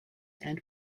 and